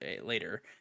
later